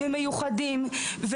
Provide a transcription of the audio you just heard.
מיוחדים,